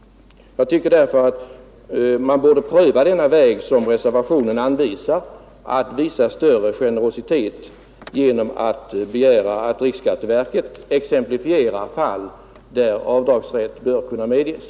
Jag tycker därför att man borde pröva den väg som reservationen anvisar för större generositet, nämligen att begära att riksskatteverket ger exempel på fall där avdragsrätt bör kunna medges.